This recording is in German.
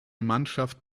mannschaft